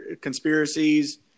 conspiracies